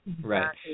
right